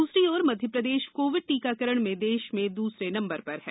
ूसरी ओर मध्यप्रदेश कोविड टीकाकरण में देश में दूसरे नंबर पर है